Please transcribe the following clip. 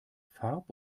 farb